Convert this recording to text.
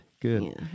good